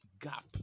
gap